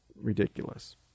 ridiculous